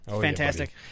fantastic